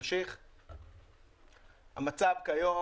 המצב כיום,